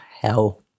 hell